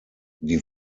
die